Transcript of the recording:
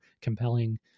compelling